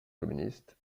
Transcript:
communiste